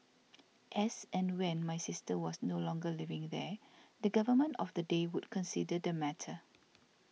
as and when my sister was no longer living there the Government of the day would consider the matter